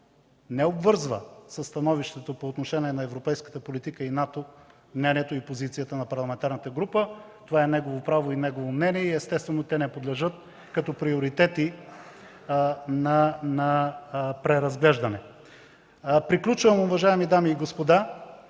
не обвързва със становището по отношение на европейската политика и НАТО мнението и позицията на парламентарната група – това е негово право и негово мнение и, естествено, те не подлежат като приоритети на преразглеждане. Приключвам, уважаеми дами и господа,